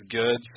good